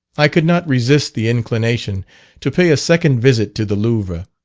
i could not resist the inclination to pay a second visit to the louvre